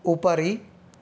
उपरि